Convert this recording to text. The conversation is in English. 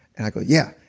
and i go, yeah.